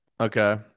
Okay